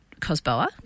COSBOA